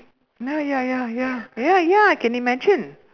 ya ya ya ya ya ya I can imagine